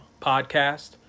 podcast